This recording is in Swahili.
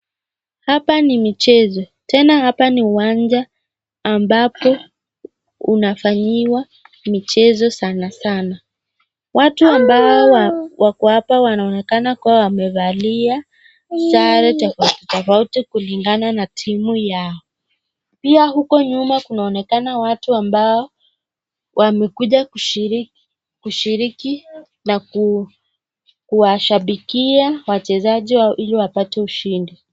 Hapa ni michezo. Tena hapa ni uwanja ambapo unafanyiwa michezo sana sana. Watu ambao wako hapa wanaonekana kuwa wamevalia sare tofauti tofauti kulingana na timu yao. Pia huko nyuma kunaonekana watu ambao wamekuja kushiriki, kushiriki na kuwashabikia wachezaji ili wapate ushindi.